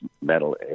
metal